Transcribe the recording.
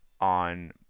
on